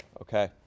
Okay